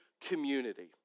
community